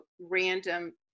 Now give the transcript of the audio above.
random